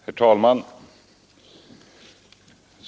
Herr talman!